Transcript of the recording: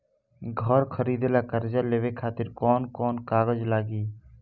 घर खरीदे ला कर्जा लेवे खातिर कौन कौन कागज लागी?